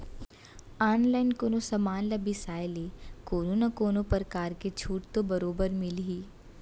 online कोनो समान ल बिसाय ले कोनो न कोनो परकार के छूट तो बरोबर मिलही